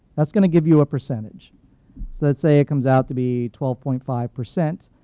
that's going to give you a percentage. so let's say it comes out to be twelve point five percent.